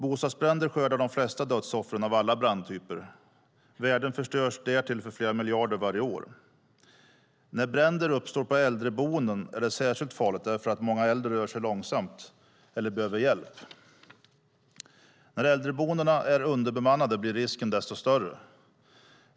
Bostadsbränder skördar de flesta dödsoffren av alla brandtyper. Värden för flera miljarder kronor förstörs därtill varje år. När bränder uppstår på äldreboenden är det särskilt farligt eftersom många äldre rör sig långsamt eller behöver hjälp. När äldreboendena är underbemannade blir risken ännu större.